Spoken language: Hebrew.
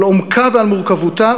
על עומקה ועל מורכבותה,